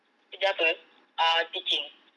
kerja apa uh teaching